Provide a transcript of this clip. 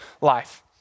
life